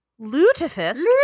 lutefisk